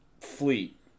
fleet